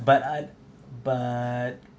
but I but